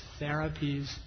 therapies